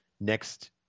next